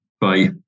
bye